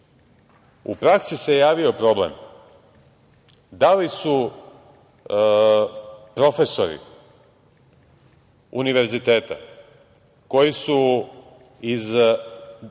praksi se javio problem da li su profesori univerziteta koji su iz,